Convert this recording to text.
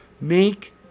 make